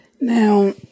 Now